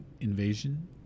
invasion